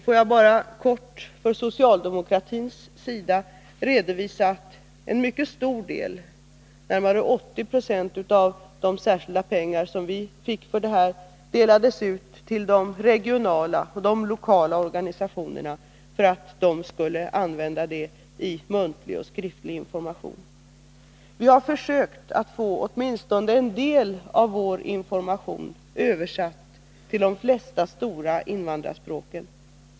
Får jag för socialdemokraternas del bara redovisa att en mycket stor del, närmare 80 90, av de särskilda medel som vi fick för detta ändamål delades ut till de lokala och regionala organisationerna för att de skulle sprida skriftlig och muntlig information. Vi har försökt att få åtminstone en del av vår information översatt till de flesta stora invandrarspråken.